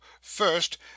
first